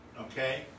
Okay